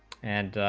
and